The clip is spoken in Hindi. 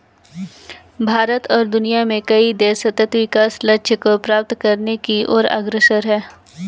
भारत और दुनिया में कई देश सतत् विकास लक्ष्य को प्राप्त करने की ओर अग्रसर है